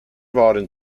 waren